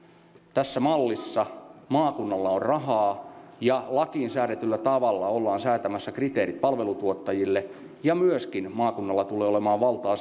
tässä mallissa maakunnalla on rahaa ja lakiin säädetyllä tavalla ollaan säätämässä kriteerit palveluntuottajille ja myöskin maakunnalla tulee olemaan valtaa